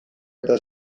eta